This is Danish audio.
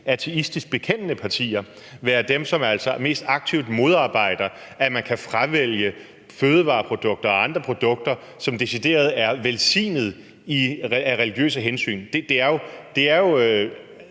de mest ateistisk bekendende partier, være dem, der mest aktivt modarbejder, at man kan fravælge fødevareprodukter og andre produkter, som decideret er velsignet af religiøse hensyn.